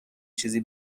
چیزی